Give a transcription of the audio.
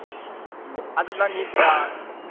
ꯎꯝ ꯎꯝ ꯑꯗꯨ ꯅꯪꯒꯤ